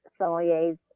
sommeliers